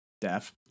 deaf